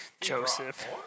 Joseph